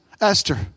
Esther